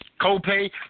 Copay